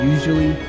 Usually